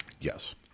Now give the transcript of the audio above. Yes